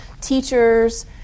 teachers